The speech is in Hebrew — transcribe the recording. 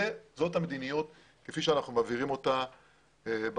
זאת המדיניות כפי שאנחנו מבהירים אותה במחוז.